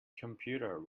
computer